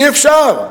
אי-אפשר.